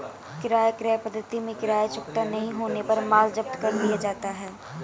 किराया क्रय पद्धति में किराया चुकता नहीं होने पर माल जब्त कर लिया जाता है